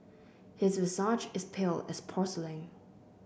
his visage is pale as porcelain